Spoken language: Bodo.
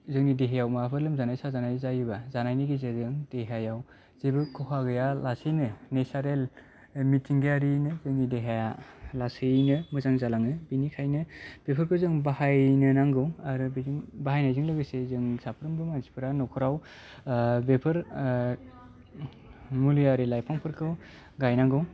जोंनि देहायाव माबाफोर लोमजानाय साजानाय जायोबा जानायनि गेजेरजों देहायाव जेबो खहा गैयालासेनो नेसारेल मिथिंगायारियैनो जोंनि देहाया लासैयैनो मोजां जालाङो बिनिखायनो बेफोरखौ जों बाहायनो नांगौ आरो बिदि बाहायनायजों लोगोसे जों साफ्रोमबो मानसिफोरा न'खराव बेफोर मुलियारि लाइफांफोरखौ गायनांगौ